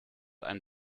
ein